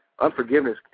Unforgiveness